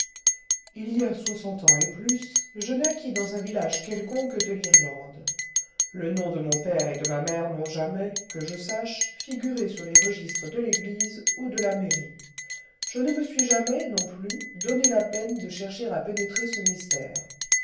il y a soixante ans et plus je naquis dans un village quelconque de l'irlande le nom de mon père et de ma mère n'ont jamais que je sache figuré sur les registres de l'église ou de la mairie je ne me suis jamais non plus donné la peine de chercher à pénétrer ce mystère